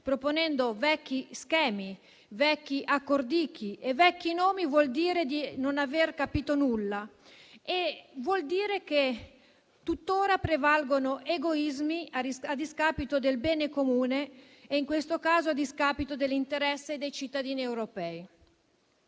proponendo vecchi schemi, vecchi accordicchi e vecchi nomi, vuol dire non aver capito nulla e che tuttora prevalgono egoismi a discapito del bene comune e, in questo caso, dell'interesse dei cittadini europei.